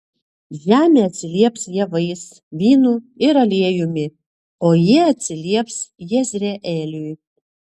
žemė atsilieps javais vynu ir aliejumi o jie atsilieps jezreeliui